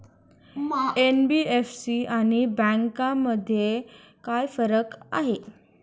NBFC आणि बँकांमध्ये काय फरक आहे?